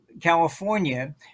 California